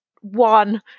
one